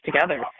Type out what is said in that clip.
together